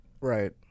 Right